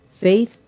faith